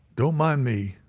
don't mind me,